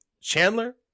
Chandler